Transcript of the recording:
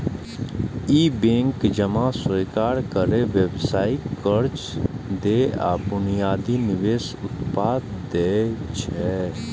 ई bank जमा स्वीकार करै, व्यावसायिक कर्ज दै आ बुनियादी निवेश उत्पाद दै छै